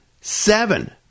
seven